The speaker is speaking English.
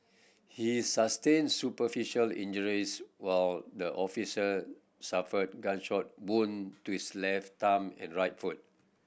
he sustained superficial injuries while the officer suffered gunshot wound to his left thumb and right foot